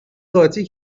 قاطی